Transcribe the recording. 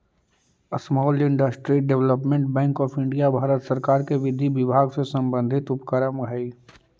small industries development bank of India Bharat सरकार के विधि विभाग से संबंधित उपक्रम हइ